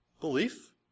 Belief